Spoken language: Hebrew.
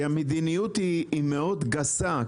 כי המדיניות היא מאוד גסה.